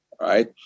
right